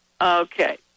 Okay